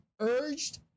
urged